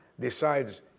decides